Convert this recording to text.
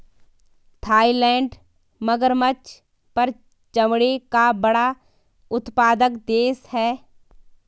Thailand मगरमच्छ पर चमड़े का बड़ा उत्पादक देश है